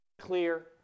clear